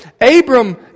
Abram